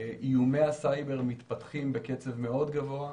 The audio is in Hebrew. ואיומי הסייבר מתפתחים בקצב גבוה מאוד.